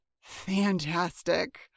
fantastic